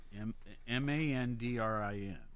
M-A-N-D-R-I-N